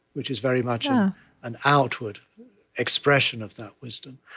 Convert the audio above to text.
which is very much an outward expression of that wisdom.